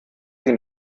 sie